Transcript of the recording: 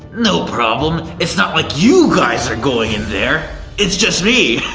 no problem. it's not like you guys are going in there. it's just me.